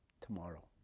tomorrow